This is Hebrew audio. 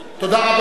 תודה רבה.